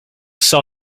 sell